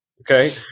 Okay